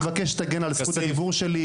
אני מבקש שתגן על זכות הדיבור שלי.